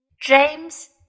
James